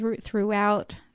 throughout